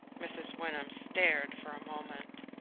mrs. wyndham stared for a moment.